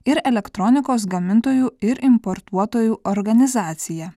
ir elektronikos gamintojų ir importuotojų organizacija